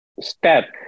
step